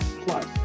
plus